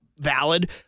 Valid